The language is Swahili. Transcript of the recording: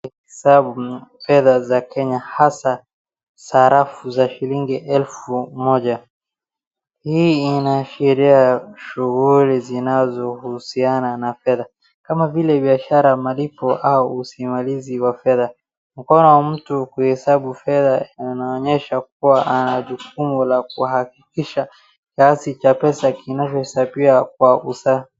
Kuhesabu fedha za Kenya hasa sarafu za shilingi elfu moja, hii ianaashiria shughuli zinazohusiana na fedha, kama vile biashara, malipoa au usimamizi wa fedha, mkono wa mtu kuhesabu fedha inaonyesha kuwa ana jukumu la kuhakikisha kiasi cha fedha kinahesabiwa kwa usa.